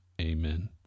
amen